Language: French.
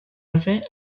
avait